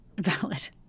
valid